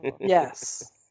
Yes